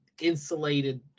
insulated